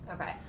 Okay